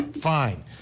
Fine